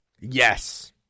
Yes